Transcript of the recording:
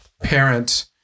parent